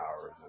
hours